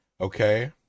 okay